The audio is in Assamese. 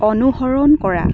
অনুসৰণ কৰা